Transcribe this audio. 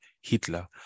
Hitler